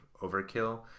overkill